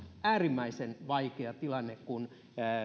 äärimmäisen vaikea tilanne kun